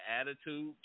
attitude